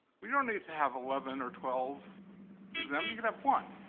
we don't need to have eleven or twelve exemptions. you could have one,